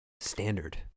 standard